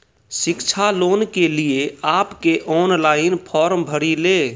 शिक्षा लोन के लिए आप के ऑनलाइन फॉर्म भरी ले?